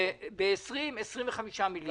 -- וב-2020 - 25 מיליארד שקל.